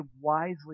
wisely